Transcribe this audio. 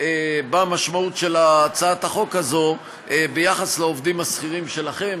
במשמעות של הצעת החוק הזו ביחס לעובדים השכירים שלכם.